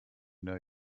know